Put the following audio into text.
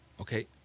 okay